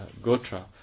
gotra